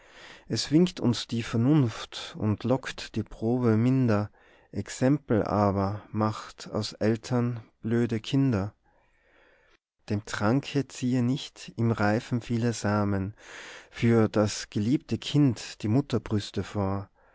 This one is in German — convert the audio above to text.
es winkt uns die vernunft und lockt die probe minder exempel aber macht aus eltern blöde kinder dem tranke ziehe nicht ihm reifen viele samen für das geliebte kind die mutterbrüste vor